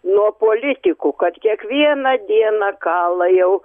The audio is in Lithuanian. nuo politikų kad kiekvieną dieną kala jau